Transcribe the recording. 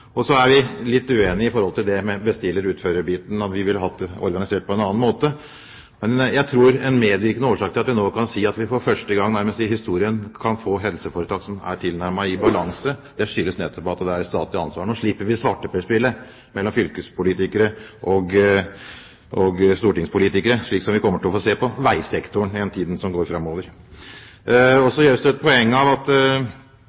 ansvar. Så er vi litt uenige om bestiller–utfører-biten. Vi ville ha organisert det på en litt annen måte. Men jeg tror at en medvirkende årsak til at vi kan si at vi nå nærmest for første gang i historien kan få helseforetak som er tilnærmet i balanse, er at det er et statlig ansvar. Nå slipper vi svarteperspillet mellom fylkespolitikere og stortingspolitikere, slik vi kommer til å få se på veisektoren i tiden framover. Så gjøres det et poeng av at når basisbevilgningen økte og den innsatsstyrte finansieringen ble redusert, fikk man mer kontroll, som